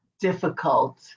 difficult